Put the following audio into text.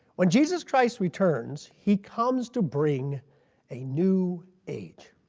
when jesus christ returns he comes to bring a new age